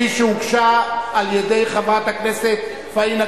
שהגישה חברת הכנסת פאינה קירשנבאום: